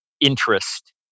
interest